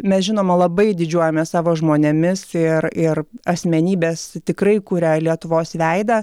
mes žinoma labai didžiuojamės savo žmonėmis ir ir asmenybės tikrai kuria lietuvos veidą